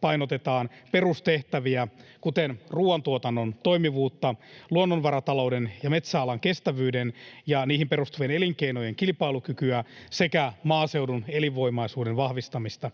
painotetaan perustehtäviä, kuten ruoantuotannon toimivuutta, luonnonvaratalouden ja metsäalan kestävyyden ja niihin perustuvien elinkeinojen kilpailukykyä sekä maaseudun elinvoimaisuuden vahvistamista.